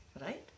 right